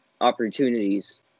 opportunities